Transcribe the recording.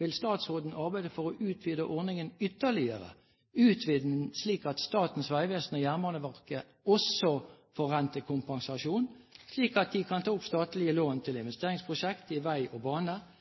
Vil statsråden arbeide for å utvide ordningen ytterligere, utvide den slik at Statens vegvesen og Jernbaneverket også får rentekompensasjon, slik at de kan ta opp statlige lån til investeringsprosjekt i vei og bane,